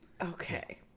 Okay